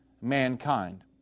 mankind